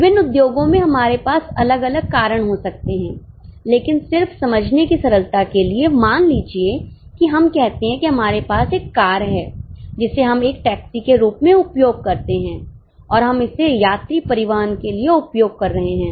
विभिन्न उद्योगों में हमारे पास अलग अलग कारण हो सकते हैं लेकिन सिर्फ समझने की सरलता के लिए मान लीजिए कि हम कहते हैं कि हमारे पास एक कार है जिसे हम एक टैक्सी के रूप में उपयोग करते हैं और हम इसे यात्री परिवहन के लिए उपयोग कर रहे हैं